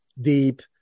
deep